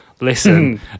listen